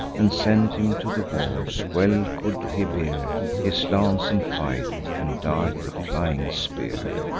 and sent him to the wars. well could he bear his lance in fight, and dart the flying spear,